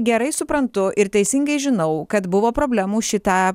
gerai suprantu ir teisingai žinau kad buvo problemų šitą